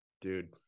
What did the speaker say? dude